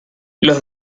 los